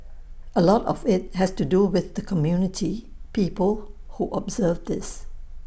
A lot of IT has to do with the community people who observe this